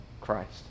Christ